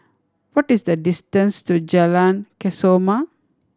what is the distance to Jalan Kesoma